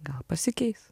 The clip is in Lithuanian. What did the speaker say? gal pasikeis